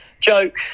joke